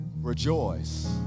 Rejoice